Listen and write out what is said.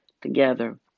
together